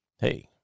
hey